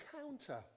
counter